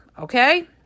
Okay